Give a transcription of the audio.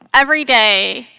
every day,